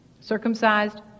circumcised